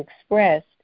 expressed